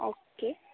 okay